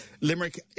Limerick